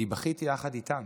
אני בכיתי יחד איתם.